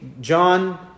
John